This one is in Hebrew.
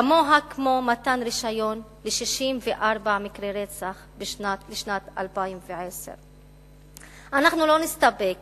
כמוה כמתן רשיון ל-64 מקרי רצח בשנת 2010. אנחנו לא נסתפק